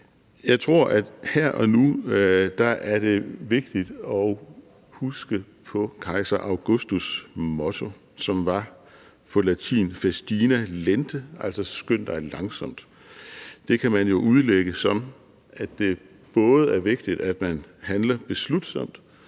Jeg tror, at her og nu er det vigtigt at huske på kejser Augustus' motto, som var: Festina lente, altså skynd dig langsomt. Det kan man jo udlægge, som at det både er vigtigt, at man handler beslutsomt,